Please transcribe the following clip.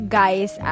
guys